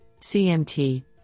CMT